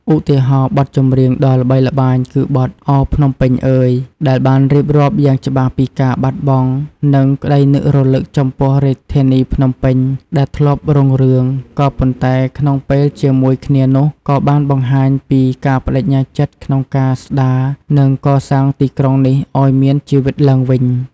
ឧទាហរណ៍បទចម្រៀងដ៏ល្បីល្បាញគឺបទ "ឱ! ភ្នំពេញអើយ" ដែលបានរៀបរាប់យ៉ាងច្បាស់ពីការបាត់បង់ និងក្តីនឹករលឹកចំពោះរាជធានីភ្នំពេញដែលធ្លាប់រុងរឿង ក៏ប៉ុន្តែក្នុងពេលជាមួយគ្នានោះ ក៏បានបង្ហាញពី ការប្ដេជ្ញាចិត្ត ក្នុងការស្តារ និងកសាងទីក្រុងនេះឲ្យមានជីវិតឡើងវិញ។